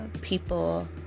people